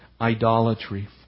idolatry